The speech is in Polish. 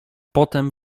potem